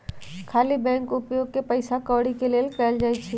खाली बैंक के उपयोग पइसा कौरि के लेल कएल जाइ छइ